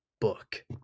book